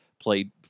played